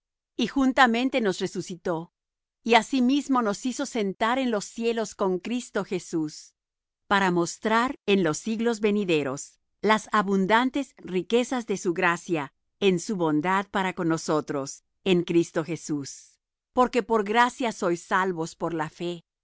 y juntamente nos resucitó y asimismo nos hizo sentar en los cielos con cristo jesús para mostrar en los siglos venideros las abundantes riquezas de su gracia en su bondad para con nosotros en cristo jesús porque por gracia sois salvos por la fe